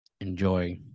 enjoy